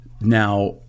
Now